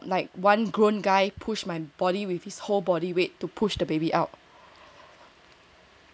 they actually push from the top like one grown guy push my body with his whole body weight to push the baby out